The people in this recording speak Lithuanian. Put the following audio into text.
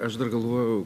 aš dar galvoju